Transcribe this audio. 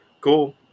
Cool